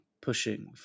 pushing